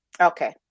Okay